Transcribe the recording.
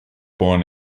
born